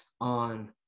on